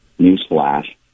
newsflash